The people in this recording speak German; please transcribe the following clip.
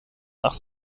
ach